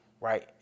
right